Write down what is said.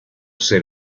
ser